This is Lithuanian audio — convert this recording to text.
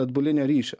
atbulinio ryšio